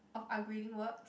of upgrading works